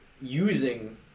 using